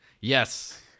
Yes